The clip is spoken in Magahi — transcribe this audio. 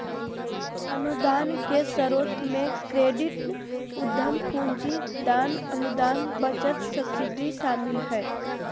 अनुदान के स्रोत मे क्रेडिट, उधम पूंजी, दान, अनुदान, बचत, सब्सिडी शामिल हय